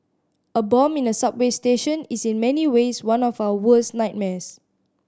a bomb in a subway station is in many ways one of our worst nightmares